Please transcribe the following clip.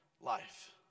life